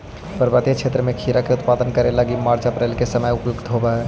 पर्वतीय क्षेत्र में खीरा के उत्पादन करे लगी मार्च अप्रैल के समय उपयुक्त होवऽ हई